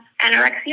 anorexia